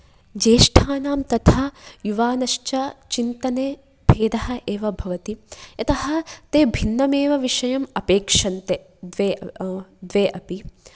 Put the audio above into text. ज्येष्ठानां तथा युवानश्च चिन्तने भेदः एव भवति यतः ते भिन्नम् एव विषयम् अपेक्षन्ते द्वे द्वे अपि